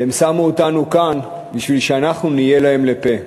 והם שמו אותנו כאן בשביל שאנחנו נהיה להם לפה.